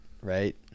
right